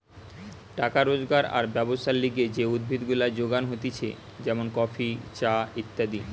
টাকা রোজগার আর ব্যবসার লিগে যে উদ্ভিদ গুলা যোগান হতিছে যেমন কফি, চা ইত্যাদি